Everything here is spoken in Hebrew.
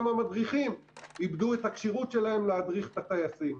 המדריכים איבדו את הכשירות שלהם להדריך את הטייסים.